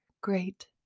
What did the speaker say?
great